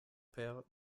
père